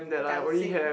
dancing